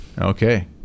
Okay